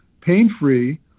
pain-free